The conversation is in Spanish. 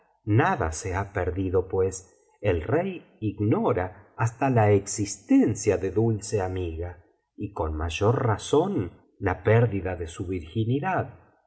nada se ha perdido pues el rey ignora hasta la existencia de dulce amiga y con mayor razón la pérdida de su virginidad